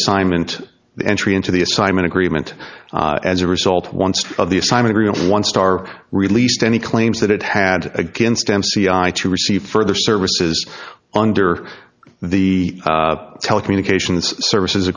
assignment entry into the assignment agreement as a result once of the assignment and one star released any claims that it had against m c i to receive further services under the telecommunications services